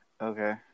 Okay